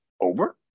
over